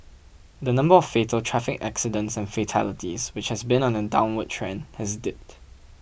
the number of fatal traffic accidents and fatalities which has been on a downward trend has dipped